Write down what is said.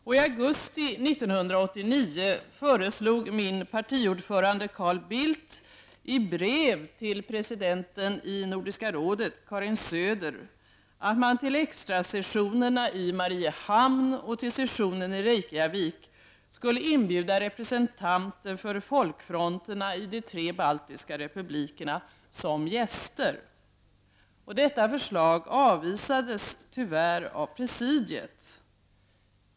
I augusti 1989 föreslog min partiordförande Carl Bildt i brev till presidenten i Nordiska rådet, Karin Söder, att man till extrasessionen i Mariehamn och till sessionen i Reykjavik skulle inbjuda representanter för folkfronterna i de tre baltiska republikerna som gäster. Detta förslag avvisades tyvärr av presidiet.